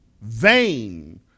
vain